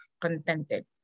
contented